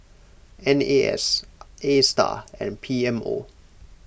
N A S Astar and P M O